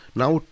now